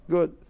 Good